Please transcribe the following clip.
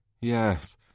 yes